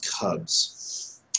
cubs